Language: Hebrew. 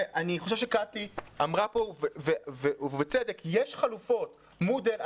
ואני חושב שקטי אמרה פה ובצדק, יש חלופות, מודל.